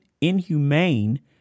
inhumane